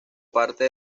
parte